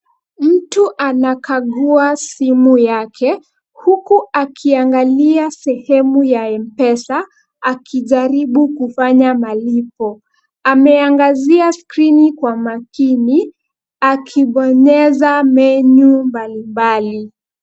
Mtu anakagua simu yake, huku akiangalia sehemu ya M-pesa, akijaribu kufanya malipo. Ameangazia skrini kwa makini, akibonyeza menyu mbalimbali.